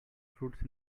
fruits